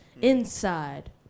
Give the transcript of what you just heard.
Inside